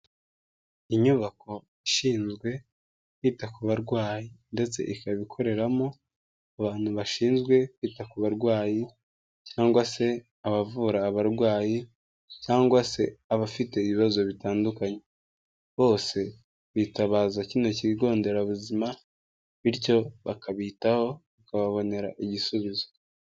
Inyubako ishinzwe kwita ku barwayi ndetse ikaba ikoreramo abantu bashinzwe kwita ku barwayi cyangwa se abavura abarwayi cyangwa se abafite ibibazo bitandukanye, bose bitabaza kino kigo nderabuzima bityo bakabitaho bakababonera igisubizo.